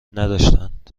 نداشتند